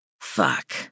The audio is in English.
Fuck